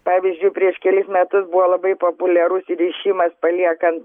pavyzdžiui prieš kelis metus buvo labai populiarus įrišimas paliekant